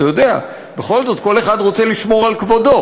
אתה יודע, בכל זאת כל אחד רוצה לשמור על כבודו.